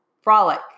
Frolic